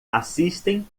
assistem